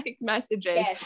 messages